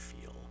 feel